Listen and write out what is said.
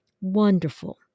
Wonderful